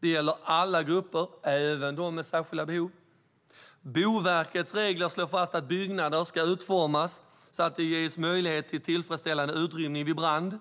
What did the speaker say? Det gäller alla grupper, även dem med särskilda behov. Boverkets regler slår fast att byggnader ska utformas så att det ges möjlighet till tillfredsställande utrymning vid brand.